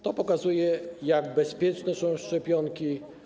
To pokazuje, jak bezpieczne są szczepionki.